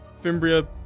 Fimbria